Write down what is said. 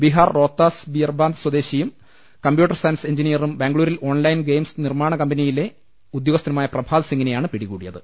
ബീഹാർ റോത്താസ് ബിയർബാന്ത് സ്വദേശിയും computer science എഞ്ചിനീയറും ബാംഗ്ലൂരിൽ ഓൺലൈൻ ഗെയിംസ് നിർമ്മാണ കമ്പനിയിലെ ഉദ്യോഗ്സ്ഥനുമായ പ്രഭാത് സിങ്ങിനെയാണ് പിടികൂടിയത്